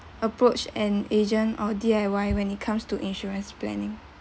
approach an agent or D_I_Y when it comes to insurance planning